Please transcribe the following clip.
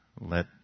let